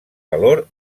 valor